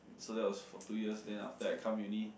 so that was for two years then after that I come uni